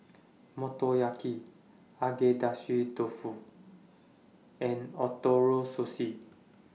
Motoyaki Agedashi Dofu and Ootoro Sushi